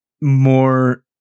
more